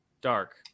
dark